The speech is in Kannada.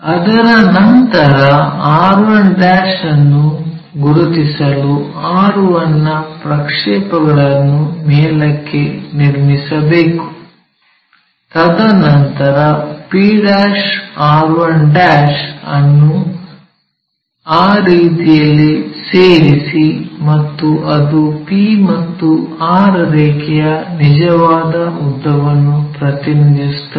ಅದರ ನಂತರ r1 ಅನ್ನು ಗುರುತಿಸಲು r1 ನ ಪ್ರಕ್ಷೇಪಗಳನ್ನು ಮೇಲಕ್ಕೆ ನಿರ್ಮಿಸಬೇಕು ತದನಂತರ p r1 ಅನ್ನು ಆ ರೀತಿಯಲ್ಲಿ ಸೇರಿಸಿ ಮತ್ತು ಅದು p ಮತ್ತು r ರೇಖೆಯ ನಿಜವಾದ ಉದ್ದವನ್ನು ಪ್ರತಿನಿಧಿಸುತ್ತದೆ